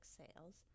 sales